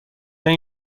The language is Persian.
این